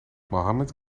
mohammed